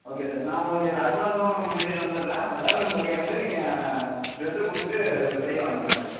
okay sir நான் உங்களுக்கு அட்வான்ஸும் முன்னாடியே தந்துடுறேன் பேலன்ஸ் தொகையை வந்து நீங்கள் ட்ரெஸ்ஸை கொடுத்துட்டு கையில் வாங்கிக்கிலாம் சார்